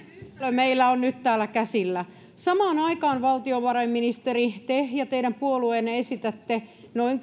meillä on nyt täällä käsillä samaan aikaan valtiovarainministeri te ja teidän puolueenne esitätte noin